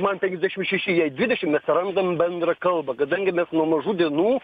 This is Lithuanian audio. man penkiasdešim šeši jai dvidešim mes randam bendrą kalbą kadangi mes nuo mažų dienų